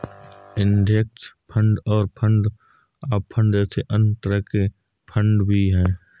index fund और fund of fund जैसे अन्य तरह के फण्ड भी हैं